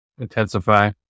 intensify